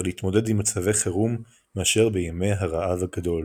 להתמודד עם מצבי חירום מאשר בימי הרעב הגדול.